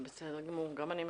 בסדר גמור, גם אני מקווה.